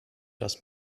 das